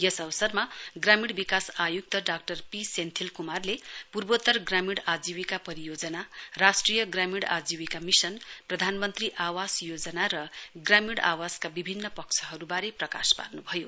यस अवसरमा ग्रामीण विकास आयुक्त डाक्टर पी सेन्थिल कुमारले पूर्वोत्तर ग्रामीण आजीविका परियोजना राष्ट्रिय ग्रामीण आजीविका मिशन प्रधानमन्त्री आवास योजना र ग्रामीण आवासका विभिन्न पक्षहरुवारे प्रकाश पार्नुभयो